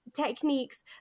techniques